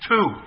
Two